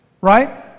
right